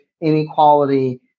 inequality